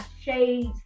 shades